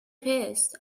face